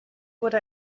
wurde